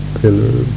pillar